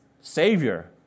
Savior